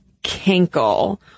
kinkle